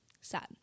sad